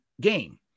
game